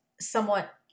somewhat